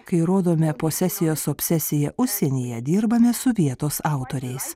kai rodome posesijos obsesiją užsienyje dirbame su vietos autoriais